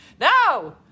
No